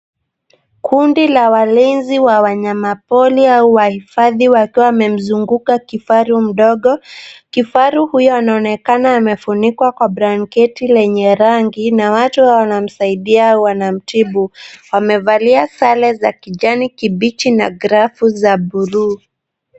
Kundi la walinzi wa wanyamapori au wahifadhi wakiwa wamemzunguka kifaru mdogo. Kifaru huyo anaonekana amefunikwa kwa blanketi lenye rangi, na watu wanamsaidia wanamtibu. Wamevalia sare za kijani kibichi na glavu za bluu.